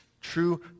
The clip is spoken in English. true